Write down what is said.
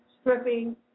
stripping